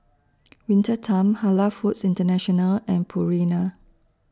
Winter Time Halal Foods International and Purina